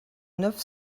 neuf